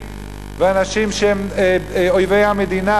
ובטלנים ואנשים שהם אויבי המדינה.